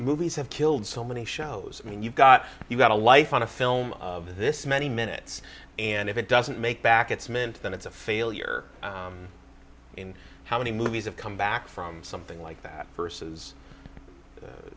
movies have killed so many shows i mean you've got you've got a life on a film of this many minutes and if it doesn't make back its meant then it's a failure in how many movies have come back from something like that versus